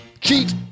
Cheat